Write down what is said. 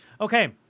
Okay